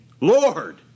Lord